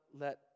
let